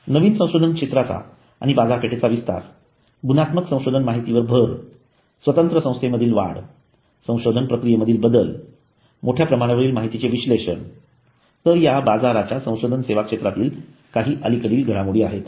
नवीन संशोधन क्षेत्राचा आणि बाजारपेठेचा विस्तार गुणात्मक संशोधन माहितीवर भर स्वतंत्र संस्थेमधील वाढ संशोधन प्रक्रियेमधील बदल मोठ्या प्रमाणावरील माहितीचे विश्लेषण तर ह्या बाजाराच्या संशोधन सेवा क्षेत्रातील काही अलीकडील घडामोडी आहेत